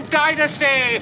dynasty